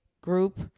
group